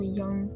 young